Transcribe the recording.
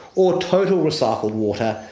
or total recycled water,